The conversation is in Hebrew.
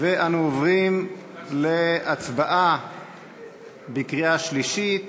אנחנו עוברים להצבעה בקריאה שלישית.